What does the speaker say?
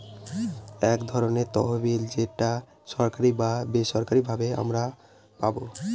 এক ধরনের তহবিল যেটা সরকারি বা বেসরকারি ভাবে আমারা পাবো